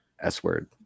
S-Word